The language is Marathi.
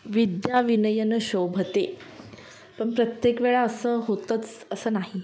विद्या विनयेन शोभते पण प्रत्येक वेळा असं होतंच असं नाही